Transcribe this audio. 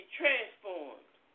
transformed